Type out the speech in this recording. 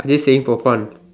just saying for fun